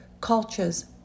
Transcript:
cultures